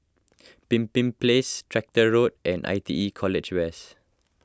Pemimpin Place Tractor Road and I T E College West